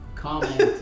comment